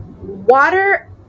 water